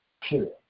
period